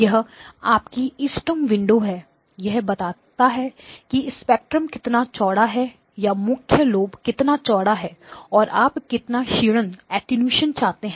यह आपकी इष्टतम विंडो है यह बताता है कि स्पेक्ट्रम कितना चौड़ा है या मुख्य लोब कितना चौड़ा है और आप कितना क्षीणन चाहते हैं